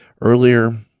Earlier